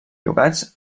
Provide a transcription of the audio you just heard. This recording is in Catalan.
llogats